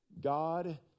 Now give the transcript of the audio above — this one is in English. God